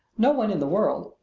no one in the world,